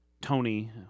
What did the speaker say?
Tony